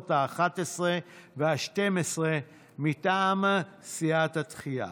האחת-עשרה והשתים-עשרה מטעם סיעת התחיה.